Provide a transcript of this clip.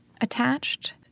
attached